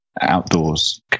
outdoors